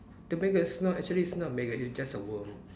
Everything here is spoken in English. the maggots no actually it's not maggot it's just a worm